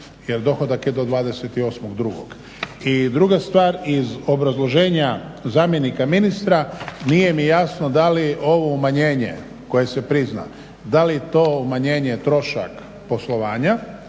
jer dohodak je do 28.2. I druga stvar iz obrazloženja zamjenika ministra nije mi jasno da li ovo umanjenje koje se prizna, da li je to umanjenje trošak poslovanja